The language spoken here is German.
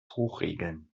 hochregeln